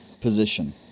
position